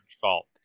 Fault